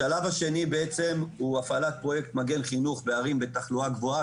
השלב השני הוא הפעלת פרויקט "מגן חינוך" בערים בתחלואה גבוהה,